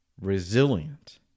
resilient